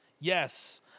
Yes